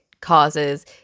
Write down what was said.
causes